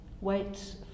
wait